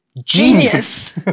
Genius